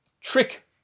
trick